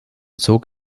zog